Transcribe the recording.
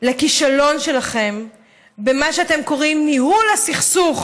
לכישלון שלכם במה שאתם קוראים ניהול הסכסוך,